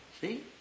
See